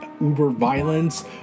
uber-violence